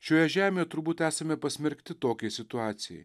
šioje žemėje turbūt esame pasmerkti tokiai situacijai